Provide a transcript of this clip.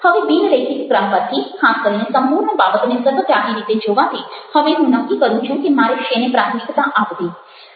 હવે બિન રૈખિક ક્રમ પરથી ખાસ કરીને સંપૂર્ણ બાબતને સર્વગ્રાહી રીતે જોવાથી હવે હું નક્કી કરું છું કે મારે શેને પ્રાથમિકતા આપવી